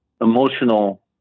emotional